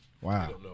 Wow